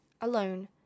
alone